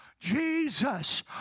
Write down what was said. Jesus